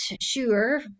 sure